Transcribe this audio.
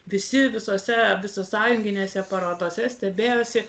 visi visose visasąjunginėse parodose stebėjosi